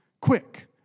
Quick